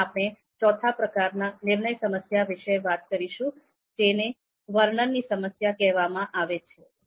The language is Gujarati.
હવે આપણે ચોથા પ્રકારના નિર્ણય સમસ્યા વિશે વાત કરીશું જેને વર્ણનની સમસ્યા કહેવામાં આવે છે